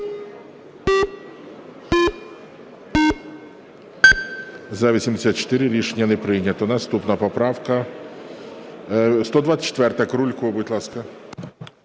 За-84 Рішення не прийнято. Наступна поправка 124. Крулько, будь ласка.